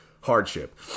hardship